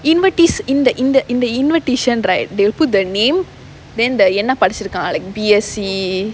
invetes in the in the in the invitation right they'll put their name then the என்ன படிச்சிருக்கான்:enna padichirukkaan like the B_S_C